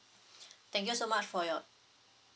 thank you so much for your